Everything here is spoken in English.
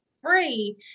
free